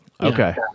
Okay